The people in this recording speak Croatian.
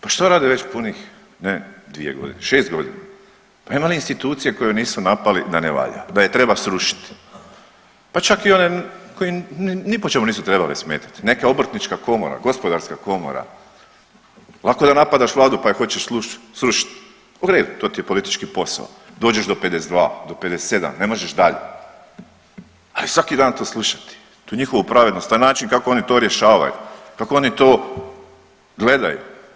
Pa što rade već punih ne 2.g., 6.g., pa ima li institucije koju nisu napali da ne valja, da je treba srušiti, pa čak i one koje ni po čemu nisu trebale smetati, neka obrtnička komora, gospodarska komora, lako je da napadaš vladu, pa je hoćeš srušit, u redu, to ti je politički posao, dođeš do 52 do 57 ne možeš dalje, ali svaki dan to slušati tu njihovu pravednost, taj način kako oni to rješavaju, kako oni to gledaju.